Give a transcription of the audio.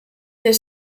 their